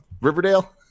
Riverdale